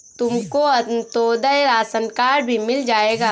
तुमको Antyodaya ration card भी मिल जाएगा